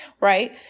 right